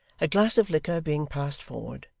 a glass of liquor being passed forward,